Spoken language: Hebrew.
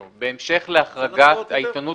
בהמשך להחרגת העיתונות